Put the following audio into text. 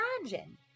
imagine